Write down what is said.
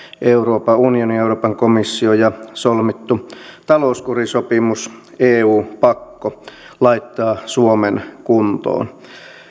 euroopan unioni ja euroopan komissio ja solmittu talouskurisopimus eu pakko laittavat suomen kuntoon